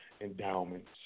endowments